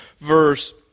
verse